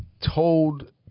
told